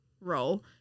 role